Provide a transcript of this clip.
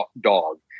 dog